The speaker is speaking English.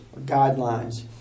guidelines